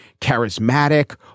charismatic